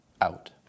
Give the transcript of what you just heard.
out